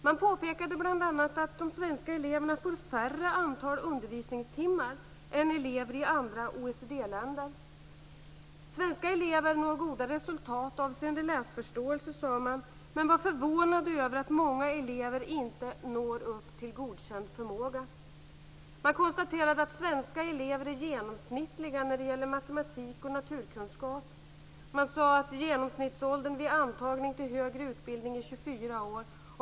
Man påpekade bl.a. att de svenska eleverna får färre antal undervisningstimmar än elever i andra OECD-länder. Svenska elever når goda resultat avseende läsförståelse, sade man. Men man var förvånad över att många elever inte når upp till godkänd förmåga. Man konstaterade att svenska elever är genomsnittliga när det gäller matematik och naturkunskap. Man sade att genomsnittsåldern vid antagning till högre utbildning är 24 år.